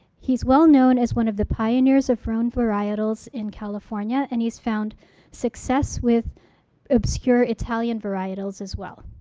he's well-known as one of the pioneers of rhone varietals in california and he's found success with obscure italian varietals as well.